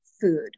Food